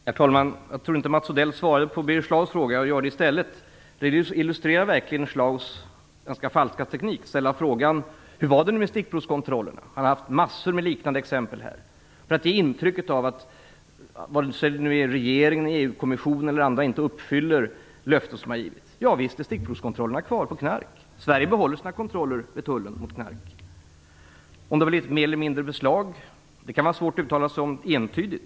Herr talman! Jag tror inte att Mats Odell svarade på Birger Schlaugs fråga. Jag gör det i stället. Frågan illustrerar verkligen Schlaugs ganska falska teknik. Han ställde följande fråga: Hur var det nu med stickprovskontrollerna? Han har ställt massor med liknande frågor här. Han vill ge intryck av att regeringen, EU kommissionen eller andra inte uppfyller löften som har givits. Ja, visst är stickprovskontrollerna kvar på knark. Sverige behåller sina tullkontroller vad gäller knark. Det kan vara svårt att uttala sig entydigt om det har blivit fler eller färre beslag.